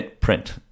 print